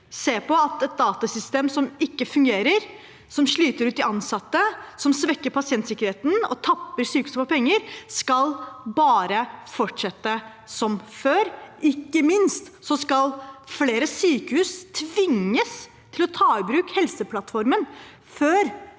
se på at et datasystem som ikke fungerer, som sliter ut de ansatte, svekker pasientsikkerheten og tapper sykehuset for penger, bare skal fortsette som før, eller – ikke minst – at flere sykehus tvinges til å ta i bruk Helseplattformen før